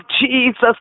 Jesus